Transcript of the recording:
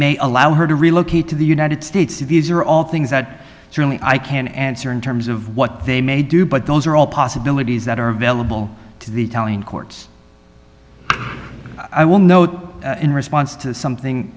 may allow her to relocate to the united states these are all things that certainly i can answer in terms of what they may do but those are all possibilities that are available to the telling courts i will note in response to something